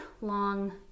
long